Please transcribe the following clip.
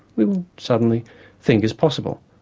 we suddenly think is possible.